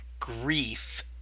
grief